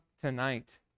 tonight